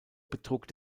betrug